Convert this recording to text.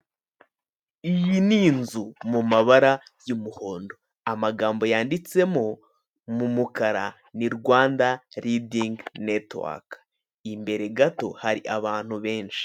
Iyi ni inzu mu mabara y'umuhondo amagambo yanditsemo mu mukara ni Rwanda leading network imbere gato hari abantu benshi.